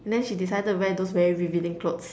and then she decided wear those very revealing clothes